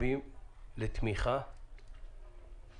צריכים קודם